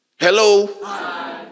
Hello